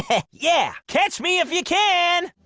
yeah yeah catch me. if you can